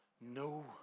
No